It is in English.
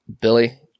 Billy